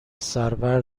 سرور